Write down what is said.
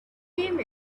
came